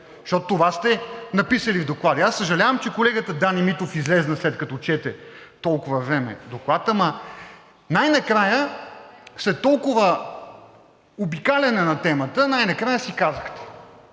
защото това сте написали в Доклада. Аз съжалявам, че колегата Дани Митов излезе, след като чете толкова време Доклад, но най-накрая след толкова обикаляне на темата – най-накрая си казахте.